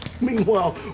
Meanwhile